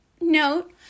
note